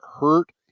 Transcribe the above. hurt